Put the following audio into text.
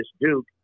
Duke